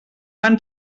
van